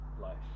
Life